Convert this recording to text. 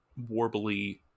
warbly